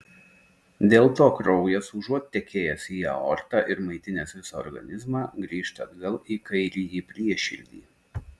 dėl to kraujas užuot tekėjęs į aortą ir maitinęs visą organizmą grįžta atgal į kairįjį prieširdį